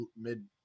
mid